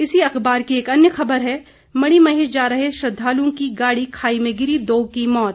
इसी अखबार की अन्य खबर है मणिमहेश जा रहे श्रद्वालुओं की गाड़ी खाई में गिरी दो की मौत